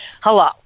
Hello